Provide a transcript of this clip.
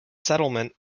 settlement